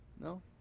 No